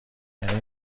یعنی